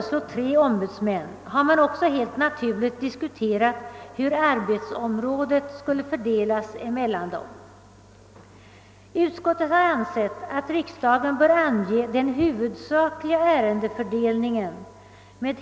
Slutligen vill jag, utan att närmare ingå på argumenten för och emot, citera ytterligare ett avsnitt ur utskottsutlåtandet.